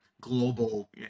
global